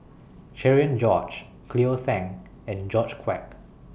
Cherian George Cleo Thang and George Quek